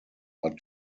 are